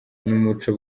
umuco